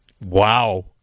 Wow